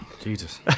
Jesus